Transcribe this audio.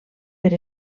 per